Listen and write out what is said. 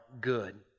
good